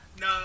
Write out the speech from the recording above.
No